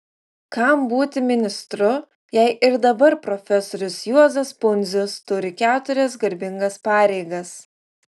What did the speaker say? kam būti ministru jei ir dabar profesorius juozas pundzius turi keturias garbingas pareigas